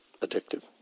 addictive